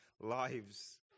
lives